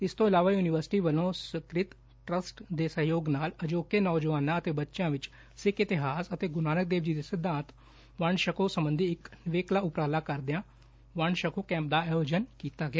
ਇਸ ਤੋ ਇਲਾਵਾ ਯੁਨੀਵਰਸਿਟੀ ਵੱਲੋ ਸੁਕ੍ਰਿਤ ਟਰਸਟ ਦੇ ਸਹਿਯੋਗ ਨਾਲ ਅਜੋਕੇ ਨੌਜਵਾਨਾ ਅਤੇ ਬੱਚਿਆਂ ਵਿਚ ਸਿੱਖ ਇਤਿਹਾਸ ਅਤੇ ਗੁਰੁ ਨਾਨਕ ਦੇਵ ਜੀ ਦੇ ਸਿਧਾਂਤ ਵੰਡ ਛਕੋ ਸਬੰਧੀ ਇਕ ਨਿਵੇਕਲਾ ਉਪਰਾਲਾ ਕਰਦਿਆਂ ਵੰਡ ਛਕੋ ਕੈਂਪ ਦਾ ਆਯੋਜਿਨ ਕੀਤਾ ਗਿਆ